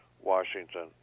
Washington